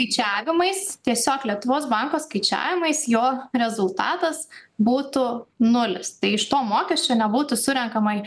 skaičiavimais tiesiog lietuvos banko skaičiavimais jo rezultatas būtų nulis tai iš to mokesčio nebūtų surenkama